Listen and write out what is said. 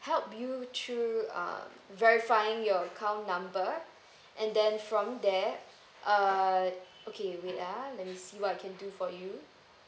help you through uh verifying your account number and then from there uh okay wait ah let me see what I can do for you